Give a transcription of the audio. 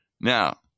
Now